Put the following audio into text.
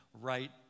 right